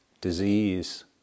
disease